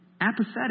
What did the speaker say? apathetic